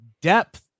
depth